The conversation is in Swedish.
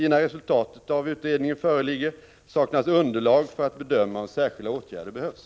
Innan resultatet av denna utredning föreligger, saknas underlag för att bedöma om särskilda åtgärder behövs.